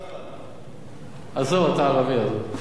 עזוב, אתה ערבי.